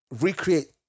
recreate